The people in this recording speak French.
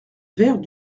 vert